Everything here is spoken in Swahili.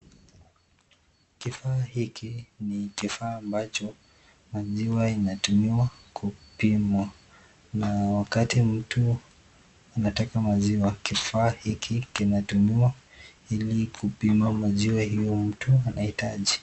Kifaa hiki ni kifaa ambacho maziwa inatumiwa kupimwa na wakati mtu anataka maziwa kifaa hiki kinatumiwa ili kupima maziwa huyu mtu anahitaji.